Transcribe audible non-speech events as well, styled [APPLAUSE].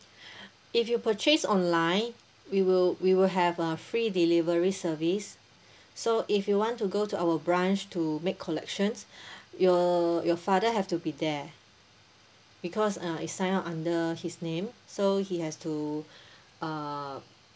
[BREATH] if you purchase online we will we will have a free delivery service [BREATH] so if you want to go to our branch to make collections [BREATH] your your father have to be there because uh you sign up under his name so he has to [BREATH] uh